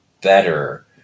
better